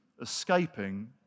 escaping